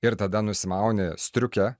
ir tada nusimauni striukę